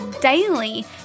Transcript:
daily